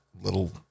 little